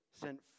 sent